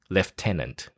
Lieutenant